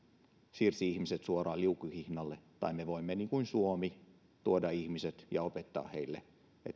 siirsi ihmiset suoraan liukuhihnalle tai me voimme niin kuin suomi tuoda ihmiset ja opettaa heille